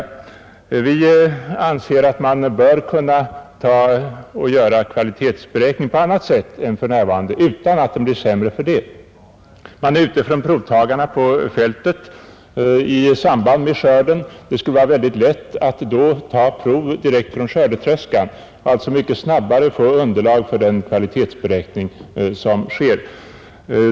Vi anser att man bör kunna göra en kvalitetsberäkning på annat sätt än för närvarande utan att den blir sämre för det. Provtagarna är ute på fältet i samband med skörden, och det skulle vara mycket lätt att då ta prov direkt från skördetröskan och alltså mycket snabbare få underlag för den kvalitetsberäkning som sker.